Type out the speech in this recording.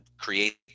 create